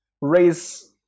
raise